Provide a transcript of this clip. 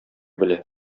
белә